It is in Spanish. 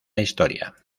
historia